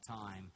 time